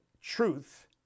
truth